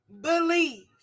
Believe